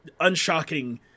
unshocking